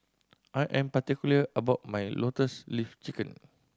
I am particular about my Lotus Leaf Chicken